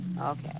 Okay